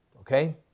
okay